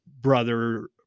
brother